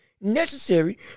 necessary